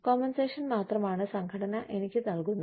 compensation മാത്രമാണ് സംഘടന എനിക്ക് നൽകുന്നത്